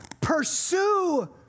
Pursue